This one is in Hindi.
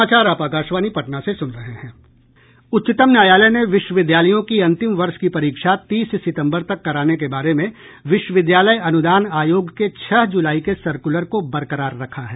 उच्चतम न्यायालय ने विश्वविद्यालयों की अंतिम वर्ष की परीक्षा तीस सितंबर तक कराने के बारे में विश्वविद्यालय अनुदान आयोग के छह जुलाई के सर्कूलर को बरकरार रखा है